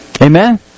Amen